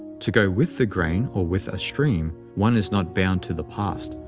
to go with the grain or with a stream, one is not bound to the past,